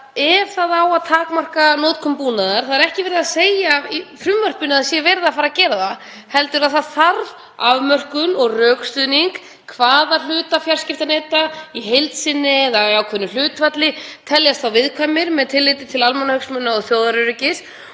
ef það á að takmarka notkun búnaðar — það er ekki verið að segja í frumvarpinu að það eigi að gera það heldur að það þurfi afmörkun og rökstuðning hvaða hlutar fjarskiptaneta, í heild sinni eða í ákveðnu hlutfalli, teljast þá viðkvæmir með tilliti til almannahagsmuna og þjóðaröryggis.